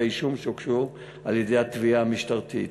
האישום שהוגשו על-ידי התביעה המשטרתית.